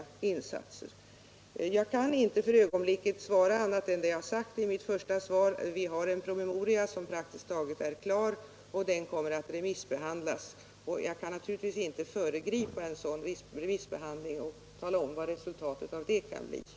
För ögonblicket kan jag inte svara annorlunda än jag redan gjort. Vi har en promemoria som praktiskt taget är klar, och den kommer att remissbehandlas. Naturligtvis kan jag inte föregripa en sådan remissbehandling och tala om vad resultatet blir.